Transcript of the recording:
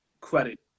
credit